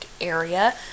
area